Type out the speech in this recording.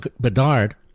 Bedard